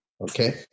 Okay